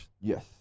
Yes